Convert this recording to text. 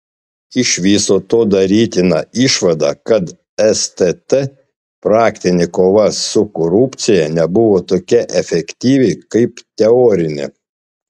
iš viso to darytina išvada kad stt praktinė kova su korupcija nebuvo tokia efektyvi kaip teorinė